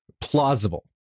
plausible